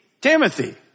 Timothy